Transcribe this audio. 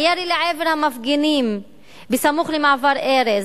הירי לעבר המפגינים בסמוך למעבר ארז,